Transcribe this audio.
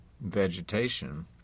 vegetation